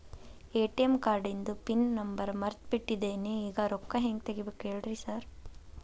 ATM ಕಾರ್ಡಿಂದು pin number ಮರ್ತ್ ಬಿಟ್ಟಿದೇನಿ ಈಗ ರೊಕ್ಕಾ ಹೆಂಗ್ ತೆಗೆಬೇಕು ಹೇಳ್ರಿ ಸಾರ್